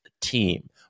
team